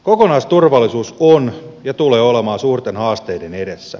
kokonaisuusturvallisuus on ja tulee olemaan suurten haasteiden edessä